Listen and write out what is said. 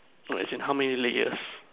no as in how many layers